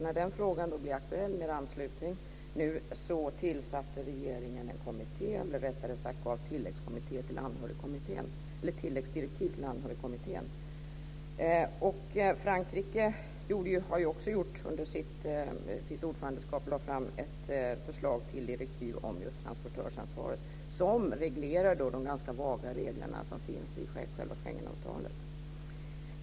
När frågan om anslutning blev aktuell gav regeringen tilläggsdirektiv till Anhörigkommittén. Frankrike lade under sitt ordförandeskap fram ett förslag till direktiv om just transportörsansvaret som reglerar de ganska vaga regler som finns i själva Schengenavtalet.